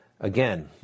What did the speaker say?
Again